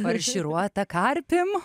farširuota karpim